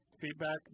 feedback